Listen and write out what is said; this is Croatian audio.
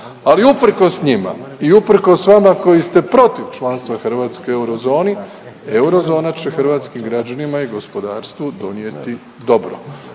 Ali usprkos njima i usprkos vama koji ste protiv članstva Hrvatske u eurozoni, eurozona će hrvatskim građanima i gospodarstvu donijeti dobro.